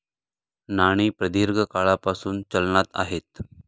नाणी प्रदीर्घ काळापासून चलनात आहेत